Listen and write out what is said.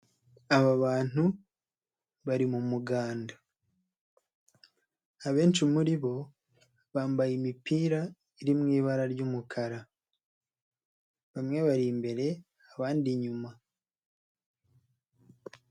Aba bantu bari mu muganda abenshi muri bo bambaye imipira iri mu ibara ry'umukara bamwe bari imbere abandi inyuma.